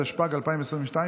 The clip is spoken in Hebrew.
התשפ"ג 2022,